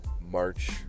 March